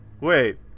wait